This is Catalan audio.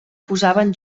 posaven